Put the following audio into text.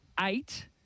Eight